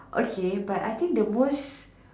okay but I think the most